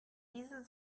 diese